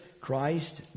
Christ